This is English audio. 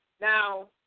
Now